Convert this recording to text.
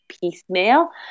piecemeal